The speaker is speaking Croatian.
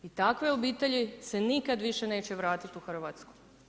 I takve obitelji se nikad više neće vratiti u Hrvatsku.